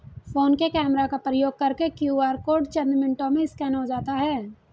phone के camera का प्रयोग करके क्यू.आर कोड चंद मिनटों में स्कैन हो जाता है